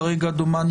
כרגע ,דומני,